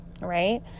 right